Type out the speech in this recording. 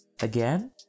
Again